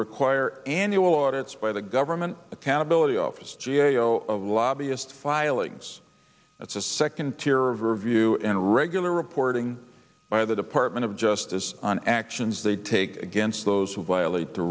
require annual audit it's by the government accountability office g a o lobbyist filings that's a second tier of review and regular reporting by the department of justice on actions they take against those who violate the